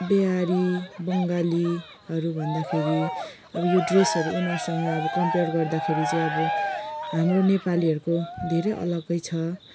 बिहारी बङ्गालीहरू भन्दाखेरि अब यो ड्रेसहरू उनीहरूसँग अब कम्पेयर गर्दाखेरि चाहिँ अब हाम्रो नेपालीहरूको धेरै अलगै छ